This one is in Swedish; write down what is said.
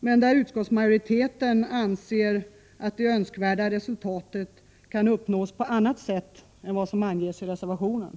men utskottsmajoriteten anser att det önskvärda resultatet kan uppnås på annat sätt än det som anges i reservationen.